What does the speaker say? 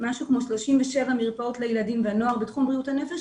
כ-37 מרפאות לילדים ונוער בתחום בריאות הנפש,